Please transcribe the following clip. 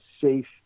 safe